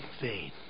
vain